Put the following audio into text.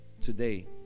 today